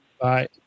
Bye